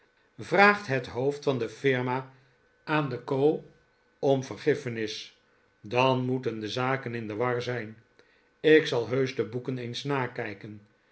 vraagt het hoofd van de firma aan den co om vergiffenis dan moeten de zaken in de war zijn ik zal heusch de boeken eens nakijken